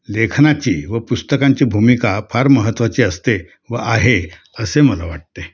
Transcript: लेखनाची व पुस्तकांची भूमिका फार महत्त्वाची असते व आहे असे मला वाटते